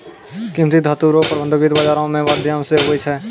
कीमती धातू रो प्रबन्ध वित्त बाजारो रो माध्यम से हुवै छै